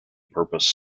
purpose